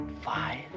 Five